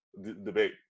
debate